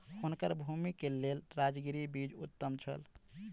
हुनकर भूमि के लेल राजगिरा बीज उत्तम छल